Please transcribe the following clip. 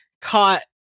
caught